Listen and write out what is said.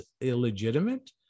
illegitimate